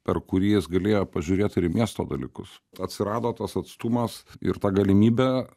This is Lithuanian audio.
per kurį jis galėjo pažiūrėt ir į miesto dalykus t atsirado tas atstumas ir ta galimybė